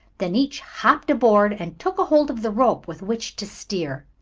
then each hopped aboard, and took hold of the rope with which to steer.